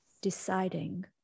deciding